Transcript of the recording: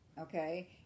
Okay